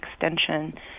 extension